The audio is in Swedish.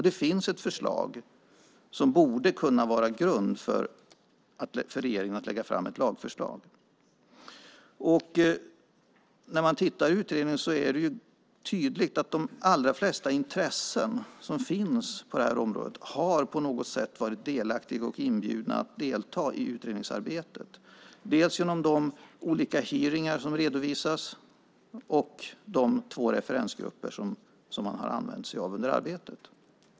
Det finns ett förslag som borde kunna vara en grund för regeringen när det gäller att lägga fram ett lagförslag. Av utredningen framgår tydligt att de allra flesta intressen på området på något sätt har varit delaktiga och inbjudna att delta i utredningsarbetet dels genom de olika hearingar som redovisas, dels genom de två referensgrupper som man använt sig av under arbetet.